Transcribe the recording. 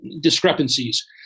discrepancies